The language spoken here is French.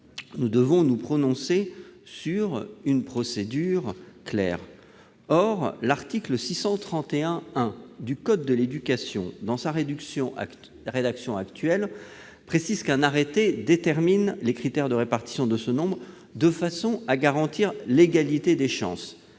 Nous devons nous prononcer sur une procédure claire. Or l'article L. 631-1 du code de l'éducation, tel qu'il est actuellement rédigé, précise qu'un « arrêté détermine les critères de répartition de ce nombre de façon à garantir l'égalité des chances